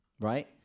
right